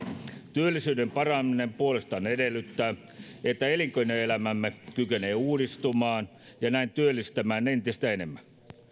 työllisyyden paraneminen puolestaan edellyttää että elinkeinoelämämme kykenee uudistumaan ja näin työllistämään entistä enemmän